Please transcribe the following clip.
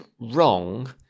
wrong